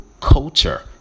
culture